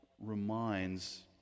reminds